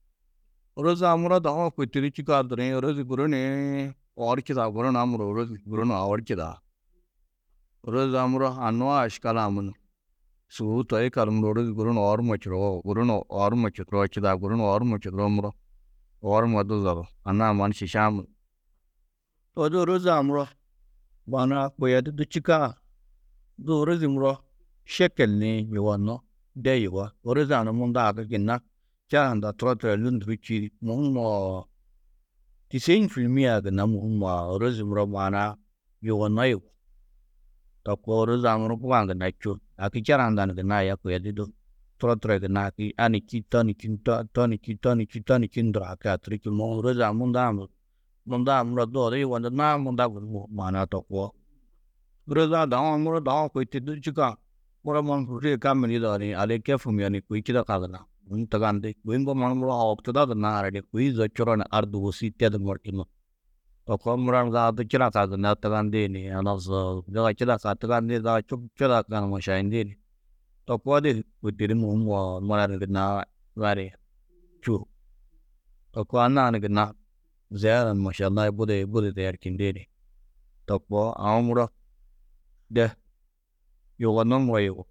Ôroze-ã muro dahu-ã kôi to di čîkã duriĩ, ôrozi guru niĩ oor čidaa, guru ni a muro ôrozi, guru ni oor čidaa. Ôroze-ã muro anua aškela-ã munum. Sûbou toi yikallu muro, ôrozi guru ni oor numa čuruú guru ni oor numa čuduroo čidaa, guru ni oor numa čuduroo muro, oor numa du zodú. Anna-ã mannu šiša-ã munum. Odu ôroze-ã muro maana-ã kôi a di du čîkã, du ôrozi muro šekel nii yugonnó de yugó. Ôroze-ã ni munda haki gunna čera hundã turo, turoo lûndurú čîidi, mûhum tîsein fîl mîe-ã gunna mûhum ôrozi muro maana-ã yugonnó yugó. To koo, ôroze-ã muro bugã gunna čûo. Haki čera hundɑ͂ gunna aya kôi a di du turo, turoo gunna haki a ni čî, to ni čî, to to ni čî, to ni čî, to ni čî nduru haki haturú čî, môhum ôroze-ã munda-ã munum. Munda-ã muro du odu yugondunnãá munda gunú môhum maana-ã to koo. Ôroze-ã dahu-ã muro dahu-ã kôi to du čûkã, muro mannu hûrie kamil yidao nii alê kêfuhum yaani, kôi čidakã gunna kûnnu tugandi. Kôi mbo mannu muro gunnãá haraniĩ, kôi zo čuro ni ardu wôsi tedu morčunno. To koo mura ni zaga du čidakã gunna du tugandi nii halas zaga čidakã tugandi, zaga čidakã mašayindi. To koo di kôi to di mûhum mura ni gunna čûo. To koo anna-ã ni gunna ziyeda du Maša Alla budi, budi ziyerčindi ni. To koo, aũ muro de yugonnó muro yugó.